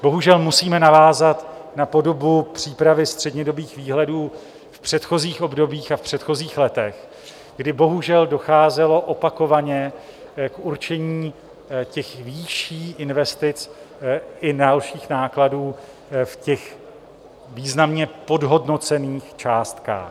Bohužel musíme navázat na podobu přípravy střednědobých výhledů v předchozích obdobích a v předchozích letech, kdy bohužel docházelo opakovaně k určení výší investic i dalších nákladů v těch významně podhodnocených částkách.